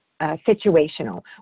situational